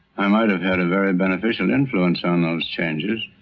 i might have had a very beneficial influence on those changes,